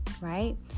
right